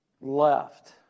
left